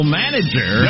manager